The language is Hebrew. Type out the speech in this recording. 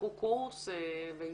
שיפתחו קורס ויסייעו.